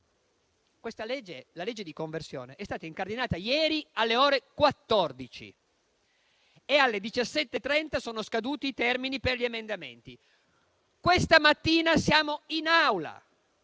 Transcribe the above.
la legge di conversione è stata incardinata ieri alle ore 14 e alle 17,30 sono scaduti i termini per gli emendamenti. Questa mattina siamo in Aula